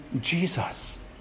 Jesus